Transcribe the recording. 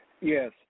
Yes